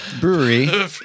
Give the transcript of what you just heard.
Brewery